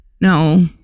No